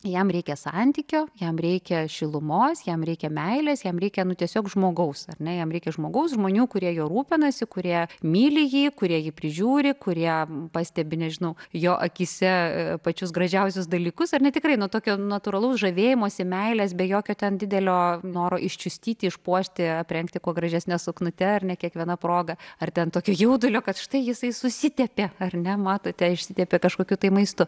jam reikia santykio jam reikia šilumos jam reikia meilės jam reikia nu tiesiog žmogaus ar ne jam reikia žmogaus žmonių kurie juo rūpinasi kurie myli jį kurie jį prižiūri kurie pastebi nežinau jo akyse pačius gražiausius dalykus ar ne tikrai nu tokio natūralaus žavėjimosi meilės be jokio ten didelio noro iščiustyti išpuošti aprengti kuo gražesne suknute ar ne kiekviena proga ar ten tokio jaudulio kad štai jisai susitepė ar ne matote išsitepė kažkokiu tai maistu